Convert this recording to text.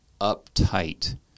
uptight